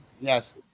Yes